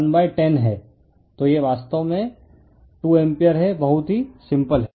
तो यह वास्तव में 2 एम्पीयर है बहुत ही सिंपल है